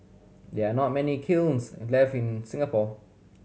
there are not many kilns left in Singapore